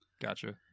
Gotcha